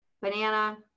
banana